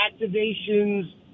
activations